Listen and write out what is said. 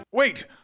Wait